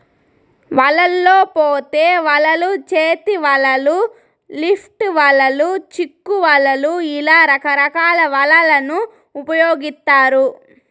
వలల్లో పోత వలలు, చేతి వలలు, లిఫ్ట్ వలలు, చిక్కు వలలు ఇలా రకరకాల వలలను ఉపయోగిత్తారు